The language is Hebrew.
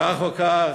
כך או כך,